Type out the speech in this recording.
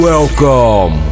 Welcome